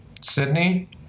sydney